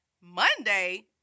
Monday